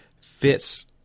fits